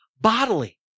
bodily